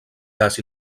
gas